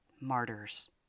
martyrs